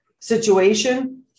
situation